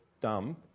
dumb